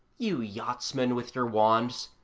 you yachtsmen with your wands,